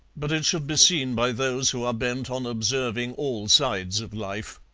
but it should be seen by those who are bent on observing all sides of life.